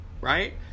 right